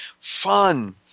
Fun